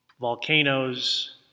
volcanoes